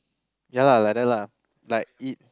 ya lah like that lah like it